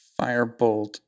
firebolt